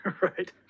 Right